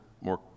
more